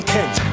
Kent